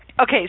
Okay